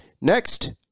Next